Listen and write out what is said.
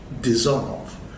dissolve